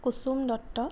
Kusum Dutta